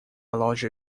loja